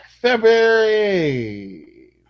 February